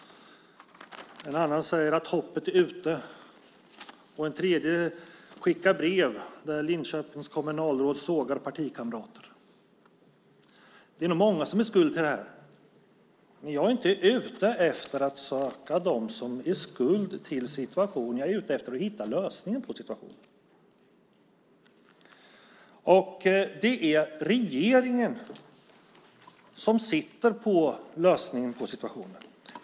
En annan säger att hoppet är ute. En tredje skickar brev där Linköpings kommunalråd sågar partikamrater. Det är nog många som är skuld till det här. Jag är inte ute efter att söka dem som är skyldiga till situationen. Jag är ute efter att hitta lösningen på situationen. Det är regeringen som sitter på lösningen på situationen.